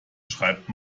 schreibt